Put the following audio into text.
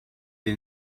est